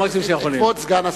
כבוד סגן השר.